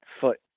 foot